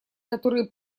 которые